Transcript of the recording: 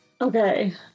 Okay